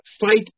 fight